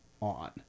on